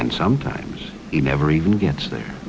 and sometimes he never even gets there